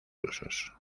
usos